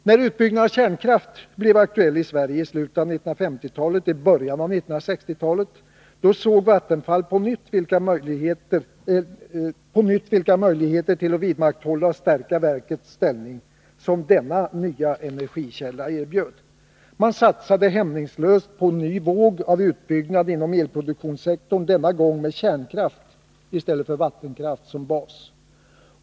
När utbyggnaden av kärnkraft blev aktuell i Sverige i slutet av 1950-talet och i början av 1960-talet såg Vattenfall på nytt vilka möjligheter till att vidmakthålla och stärka verkets ställning som denna nya energikälla erbjöd. Man satsade hämningslöst på en ny våg av utbyggnad inom elproduktionssektorn, denna gång med kärnkraft i stället för vattenkraft som bas.